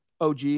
OG